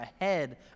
ahead